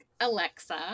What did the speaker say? Alexa